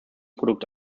produkt